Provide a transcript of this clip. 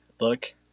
look